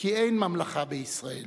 כי אין ממלכה בישראל.